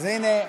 מאלפת.